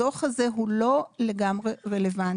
הדוח הזה הוא לא לגמרי רלוונטי,